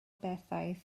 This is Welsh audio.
bethau